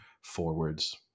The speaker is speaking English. forwards